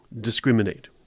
discriminate